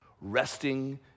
resting